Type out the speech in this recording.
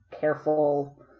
careful